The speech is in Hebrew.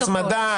הצמדה,